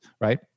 right